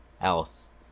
else